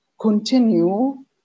continue